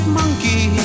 monkey